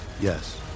Yes